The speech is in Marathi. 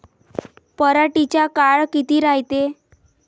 पराटीचा काळ किती रायते?